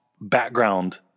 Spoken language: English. Background